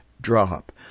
drop